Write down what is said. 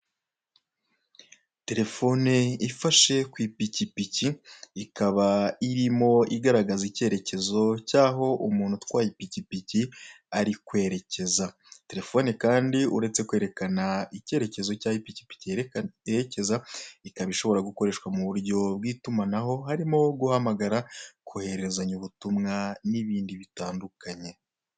Terefone ifashe ku ipikipiki ikaba irimo igaragaza ikerekezo cyaho umuntu utwaye ipikipiki ari kwerekeza, terefone kandi uretse kwerekana icyerekezo cyaho ipikipiki yerekeza ikaba ishobora gukoreshwa mu buryo bw'itumanaho harimo guhamara kohererezanya ubutumwa n'ibindi bitandukanye.